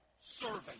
serving